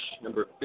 number